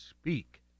speak